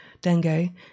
dengue